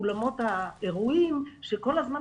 מאולמות האירועים, כל הזמן